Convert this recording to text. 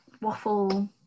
waffle